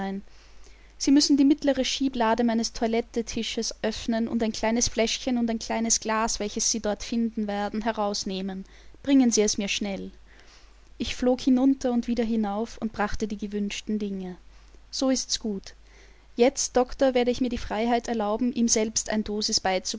sie müssen die mittlere schieblade meines toilettetisches öffnen und ein kleines fläschchen und ein kleines glas welche sie dort finden werden herausnehmen bringen sie es mir schnell ich flog hinunter und wieder hinauf und brachte die gewünschten dinge so ist's gut jetzt doktor werde ich mir die freiheit erlauben ihm selbst ein